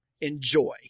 enjoy